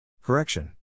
Correction